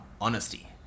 honesty